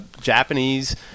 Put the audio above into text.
Japanese